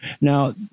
now